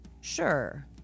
sure